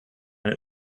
and